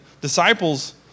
disciples